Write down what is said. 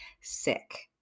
sick